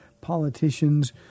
politicians